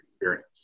experience